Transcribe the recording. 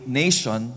nation